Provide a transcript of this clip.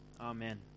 Amen